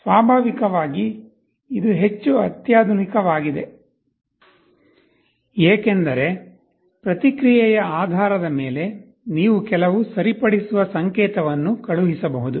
ಸ್ವಾಭಾವಿಕವಾಗಿ ಇದು ಹೆಚ್ಚು ಅತ್ಯಾಧುನಿಕವಾಗಿದೆ ಏಕೆಂದರೆ ಪ್ರತಿಕ್ರಿಯೆಯ ಆಧಾರದ ಮೇಲೆ ನೀವು ಕೆಲವು ಸರಿಪಡಿಸುವ ಸಂಕೇತವನ್ನು ಕಳುಹಿಸಬಹುದು